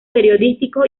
periodísticos